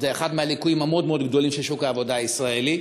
זה אחד הליקויים המאוד-גדולים של שוק העבודה הישראלי,